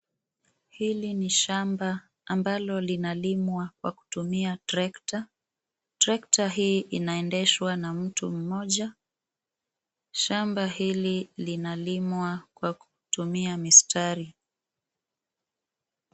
Hili ni shamba ambalo linalimwa kwa kutimia trekta. Trekta hii inaendeshwa na mtu mmoja. Shamba hili linalimwa kwa kutumia mistari.